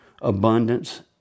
abundance